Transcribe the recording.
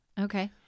Okay